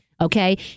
Okay